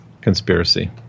conspiracy